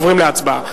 עוברים להצבעה.